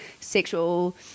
sexual